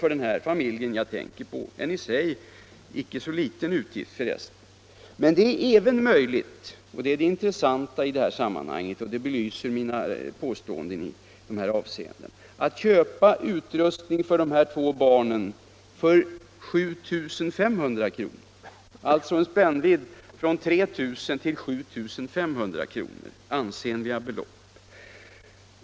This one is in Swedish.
för den familj jag tänker på —- en icke så liten utgift, minsann! Men det är även möjligt — vilket är det intressanta i sammanhanget och belyser mina påståenden i dessa avseenden — att köpa utrustning till de två barnen för 7 500 kr. Det gäller alltså ansenliga belopp, och det är en spännvidd från 3 000 till 7 500 kr.